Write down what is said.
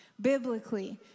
biblically